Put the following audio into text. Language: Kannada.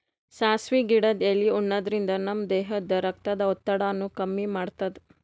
ಸಾಸ್ವಿ ಗಿಡದ್ ಎಲಿ ಉಣಾದ್ರಿನ್ದ ನಮ್ ದೇಹದ್ದ್ ರಕ್ತದ್ ಒತ್ತಡಾನು ಕಮ್ಮಿ ಮಾಡ್ತದ್